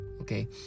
okay